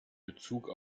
bezug